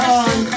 on